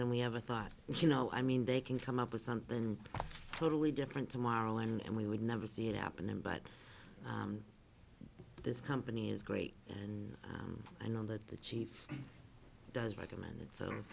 than we ever thought you know i mean they can come up with something totally different tomorrow and we would never see it happen but this company is great and i know that the chief does recommend that sort of